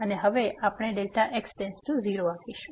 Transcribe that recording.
અને હવે આપણે Δx→0 આપીશું